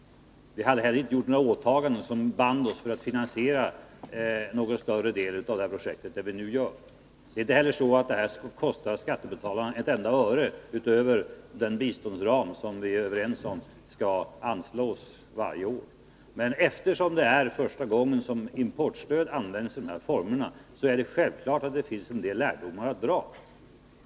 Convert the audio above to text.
Vi hade inte heller gjort några åtaganden som band oss för att finansiera en större del av projektet än vi nu gör. Det här kostar inte skattebetalarna ett enda öre utöver den biståndsram som vi är överens om skall anslås varje år. Eftersom det är första gången som importstöd används i denna form, är det självklart att det finns en del lärdomar att dra.